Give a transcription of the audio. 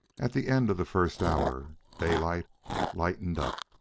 at the end of the first hour, daylight lightened up.